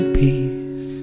peace